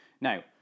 Now